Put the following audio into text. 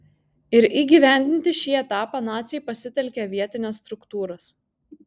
ir įgyvendinti šį etapą naciai pasitelkė vietines struktūras